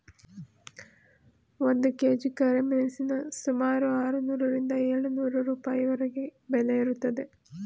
ಒಂದು ಕೆ.ಜಿ ಕರಿಮೆಣಸಿನ ಸುಮಾರು ಆರುನೂರರಿಂದ ಏಳು ನೂರು ರೂಪಾಯಿವರೆಗೆ ಬೆಲೆ ಇರುತ್ತದೆ